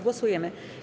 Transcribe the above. Głosujemy.